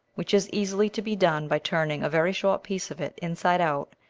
which is easily to be done by turning a very short piece of it inside out,